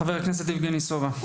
חבר הכנסת יבגני סובה.